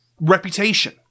Reputation